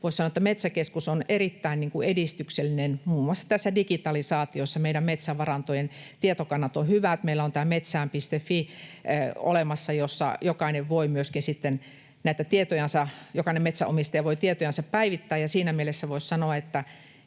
voisi sanoa, että Metsäkeskus on erittäin edistyksellinen muun muassa tässä digitalisaatiossa. Meidän metsävarantojen tietokannat ovat hyvät, meillä on olemassa tämä Metsään.fi, jossa jokainen metsänomistaja voi tietojansa päivittää. Ja siinä mielessä voisi sanoa, että